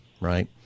right